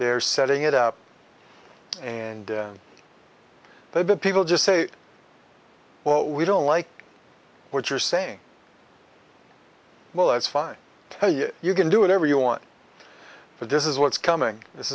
they're setting it up and they've been people just say well we don't like what you're saying well that's fine tell you you can do whatever you want but this is what's coming this